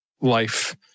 life